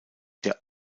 der